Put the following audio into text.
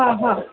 ହଁ ହଁ